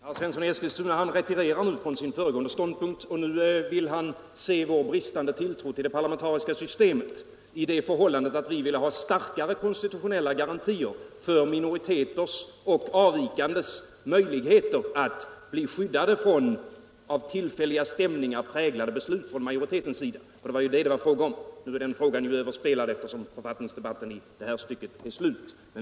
Herr talman! Herr Svensson i Eskilstuna retirerar nu från sin föregående ståndpunkt. Nu vill han se vår bristande tilltro till det parlamentariska systemet i det förhållandet att vi önskade få starkare konstitutionella garantier för minoriteters och avvikandes möjligheter att bli skyddade från av tillfälliga stämningar präglade beslut från majoritetens sida. Det var ju det som det var fråga om. Nu är den frågan överspelad, eftersom författningsdebatten i det stycket är slut.